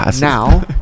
Now